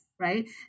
Right